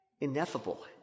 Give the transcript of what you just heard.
Ineffable